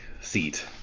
seat